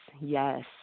yes